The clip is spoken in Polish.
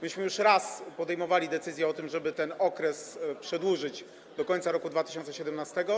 Myśmy już raz podejmowali decyzję o tym, żeby ten okres przedłużyć do końca roku 2017.